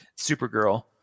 Supergirl